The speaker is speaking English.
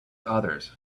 others